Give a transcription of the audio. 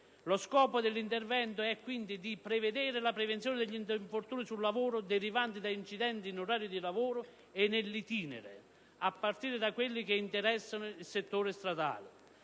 Lo scopo dell'intervento è prevedere la prevenzione degli infortuni sul lavoro derivanti da incidenti in orario di lavoro e *in itinere* a partire da quelli che interessano il settore stradale;